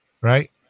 right